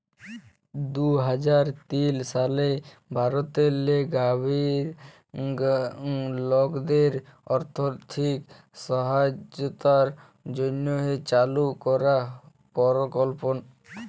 দু হাজার তিল সালে ভারতেল্লে গরিব লকদের আথ্থিক সহায়তার জ্যনহে চালু করা পরকল্প